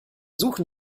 suchen